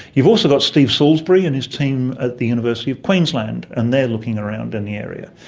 you've also got steve salisbury and his team at the university of queensland and they are looking around in the area.